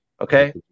okay